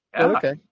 Okay